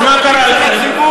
אז מה קרה לכם?